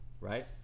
right